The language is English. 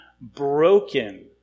broken